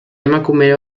emakume